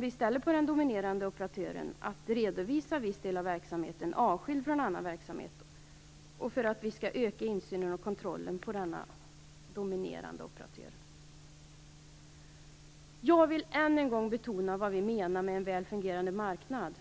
vi ställa krav på den dominerande operatören att redovisa viss del av verksamheten avskilt från annan verksamhet för att öka insynen i och kontrollen av denna dominerande operatör. Jag vill än en gång betona vad vi menar med en väl fungerande marknad.